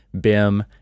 BIM